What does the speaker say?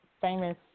famous